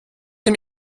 dem